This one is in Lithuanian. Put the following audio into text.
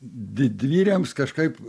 didvyriams kažkaip